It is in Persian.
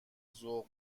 ذوق